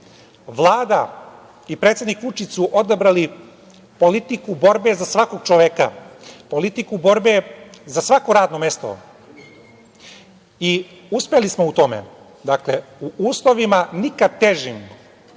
Vlada i predsednik Vučić su odabrali politiku borbe za svakog čoveka, politiku borbe za svako radno mesto i uspeli smo u tome. Dakle, u uslovima nikad težim